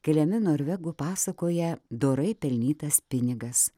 keliami norvegų pasakoje dorai pelnytas pinigas